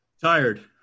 Tired